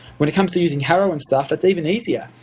when it comes to using haro and stuff, that's even easier.